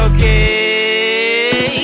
Okay